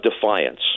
defiance